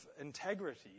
integrity